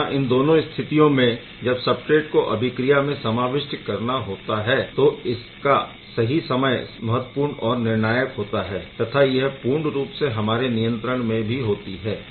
यहाँ इन दोनों स्थितिओं में जब सबस्ट्रेट को अभिक्रिया में समाविष्ट करना होता है तो इसका सही समय महत्वपूर्ण और निर्णायक होता है तथा यह पूर्ण रूप से हमारे नियंत्रण में भी होता है